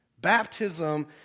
Baptism